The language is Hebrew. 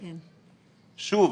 שוב,